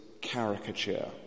caricature